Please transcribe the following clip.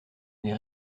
les